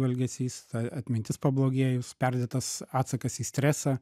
elgesys ta atmintis pablogėjus perdėtas atsakas į stresą